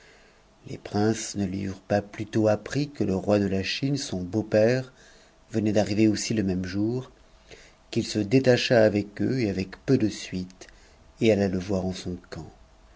les princes ne lui eurent pas plutôt appris que le roi de la chine son beau-père venait d'arriver aussi le même jour qu'il se détacha avec eux et avec peu de suite et alla le voir en son camp